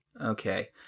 Okay